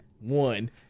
one